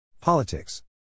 Politics